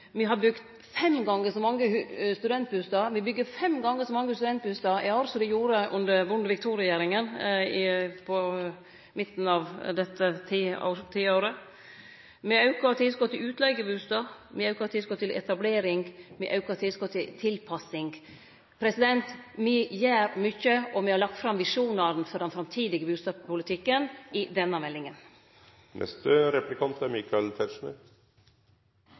Husbanken. Me byggjer fem gonger så mange studentbustader i år som ein gjorde under Bondevik II-regjeringa. Me har auka tilskottet til utleigebustader, og me har auka tilskottet til etablering, me har auka tilskottet til tilpassing. Me gjer mykje, og me har lagt fram visjonane for den framtidige bustadpolitikken i denne